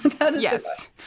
yes